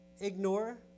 ignore